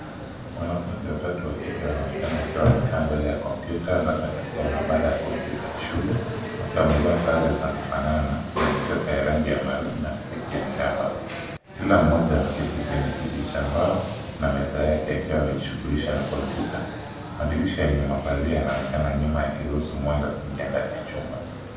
Wanafunzi watatu wa kike wanaonekana wakiwa wamekaa mbele ya kompyuta labda katika maabara ya kompyuta ya shule. Wote wamevaa sare zinazofanana zenye sweta ya rangi ya maroon na sketi ya miraba. Kila mmoja ameketi kwenye kiti cha mbao na meza yake, akiwa amejishughulisha na kompyuta. Madirisha yenye mapazia yanaonekana nyuma yakiruhusu mwanga kuingia ndani ya chumba.